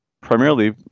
primarily